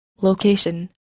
Location